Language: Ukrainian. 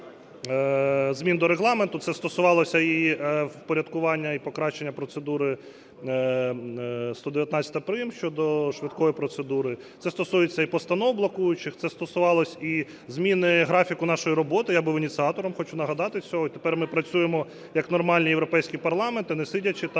змін до Регламенту. Це стосувалося і впорядкування і покращення процедури 119 прим. щодо швидкої процедури. Це стосується і постанов блокуючих. Це стосувалося і зміни графіку нашої роботи, я був ініціатором, хочу нагадати з цього. І тепер ми працюємо як нормальний європейський парламент, а не сидячи там